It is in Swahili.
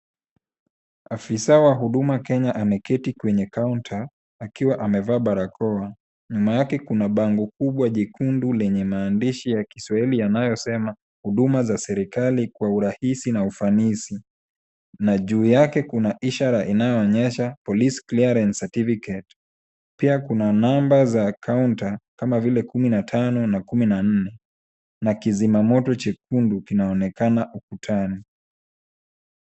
Afisa wa Huduma Kenya ameketi kwenye kaunta akiwa amevaa barakoa ,nyuma yake kuna bango kubwa jekundu lenye maandishi ya Kiswahili yanayosema huduma za serikali kwa urahisi na ufanisi , na juu yake kuna ishara inayoonyesha Police Clearance Certificate , pia kuna namba za kaunta kama vile kumi na tano na kumi na nne na kizima moto chekundu kinaonekana ukutani.